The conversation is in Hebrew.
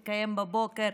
בבוקר.